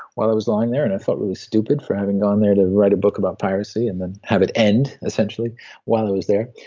while i was lying there and i felt really stupid for having gone there to write a book about piracy, and then have it end essentially while i was there.